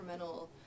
incremental